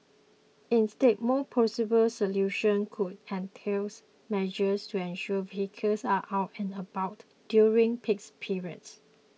instead more plausible solutions could entails measures to ensure vehicles are out and about during peaks periods